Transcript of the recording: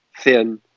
thin